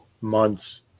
months